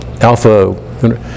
alpha